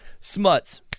Smuts